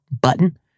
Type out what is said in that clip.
button